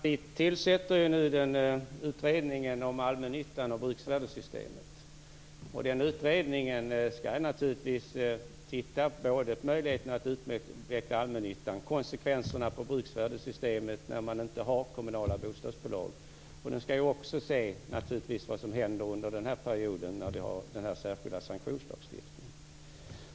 Fru talman! Vi tillsätter nu en utredning om allmännyttan och bruksvärdessystemet. Den utredningen skall naturligtvis titta närmare på både möjligheten att utveckla allmännyttan och konsekvenserna på bruksvärdessystemet när man inte har kommunala bostadsbolag. Den skall naturligtvis också undersöka vad som händer under den period vi har den särskilda sanktionslagstiftningen.